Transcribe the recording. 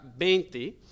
20